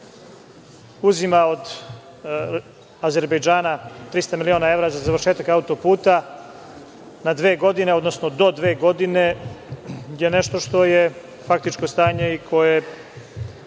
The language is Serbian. uzima od Azerbejdžana 300 miliona evra za završetak autoputa na dve godine, odnosno do dve godine, je nešto što je faktično stanje koje,